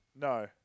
No